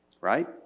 Right